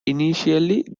initially